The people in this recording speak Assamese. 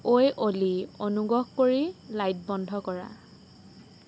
ঐ অ'লি অনুগ্ৰহ কৰি লাইট বন্ধ কৰা